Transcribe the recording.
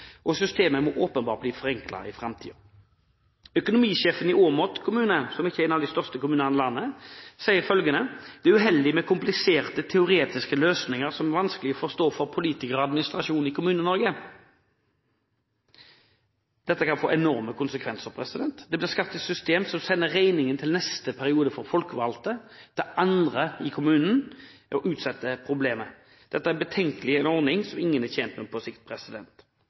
det. Systemet må åpenbart bli forenklet i framtiden. Økonomisjefen i Åmot kommune, som ikke er av de største kommunene i landet, sier følgende om Kommune-Norge: «Det er uheldig med kompliserte, teoretiske løsninger som er vanskelige å forstå for politikere og administrasjonen.» Dette kan få enorme konsekvenser. Det blir skapt et system der man sender regningen til folkevalgte i neste periode, til andre i kommunen, og utsetter problemet. Dette er betenkelig og en ordning som ingen er tjent med på sikt.